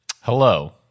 Hello